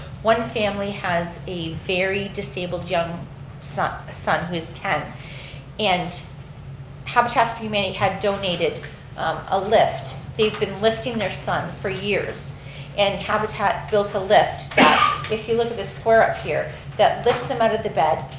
one family has a very disabled young son son who is ten and habitat for humanity had donated a lift. they've been lifting their son for years and habitat built a lift that if you look at this square up here, that lifts them out of the bed,